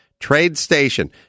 TradeStation